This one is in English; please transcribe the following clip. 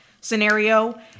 scenario